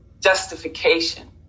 justification